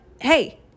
hey